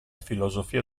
filosofia